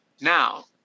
Now